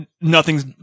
nothing's